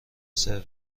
سرو